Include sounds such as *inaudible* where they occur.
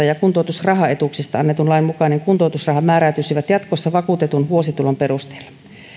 *unintelligible* ja kuntoutusrahaetuuksista annetun lain mukainen kuntoutusraha määräytyisivät jatkossa vakuutetun vuositulon perusteella